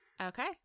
Okay